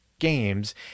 games